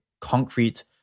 concrete